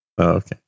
Okay